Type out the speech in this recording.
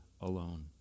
alone